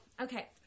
Okay